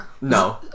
No